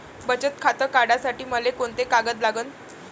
बचत खातं काढासाठी मले कोंते कागद लागन?